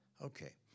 Okay